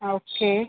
okay